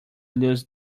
lose